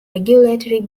regulatory